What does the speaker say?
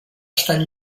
estan